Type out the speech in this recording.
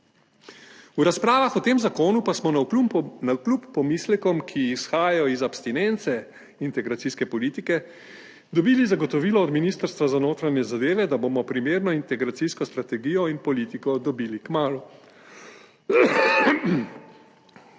V razpravah o tem zakonu pa smo navkljub pomislekom, ki izhajajo iz abstinence integracijske politike, dobili zagotovilo od Ministrstva za notranje zadeve, da bomo primerno integracijsko strategijo in politiko dobili kmalu.